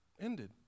ended